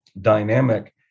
dynamic